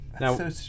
Now